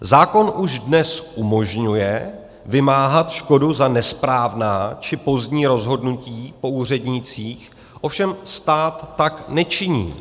Zákon už dnes umožňuje vymáhat škodu za nesprávná či pozdní rozhodnutí po úřednících, ovšem stát tak nečiní.